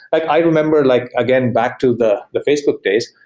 like i remember, like again, back to the the facebook days,